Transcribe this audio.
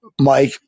mike